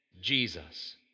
Jesus